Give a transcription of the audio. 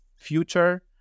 Future